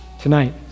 tonight